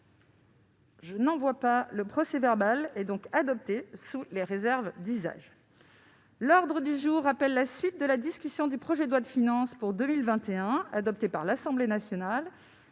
?... Le procès-verbal est adopté sous les réserves d'usage. L'ordre du jour appelle la suite de la discussion du projet de loi de finances pour 2021, adopté par l'Assemblée nationale